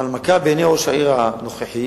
בעיני ראש העיר הנוכחי